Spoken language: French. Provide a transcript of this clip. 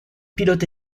pilote